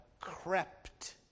crept